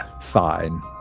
Fine